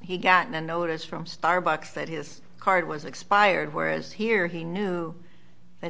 he gotten a notice from starbucks that his card was expired whereas here he knew that